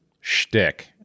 shtick